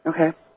Okay